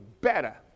better